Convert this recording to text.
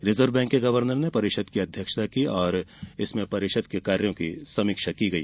reserve bank के governor ने परिषद की अध्यक्षता की और इसमें परिषद के कार्यों की समीक्षा की गई